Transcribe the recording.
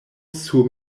sur